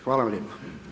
Hvala vam lijepo.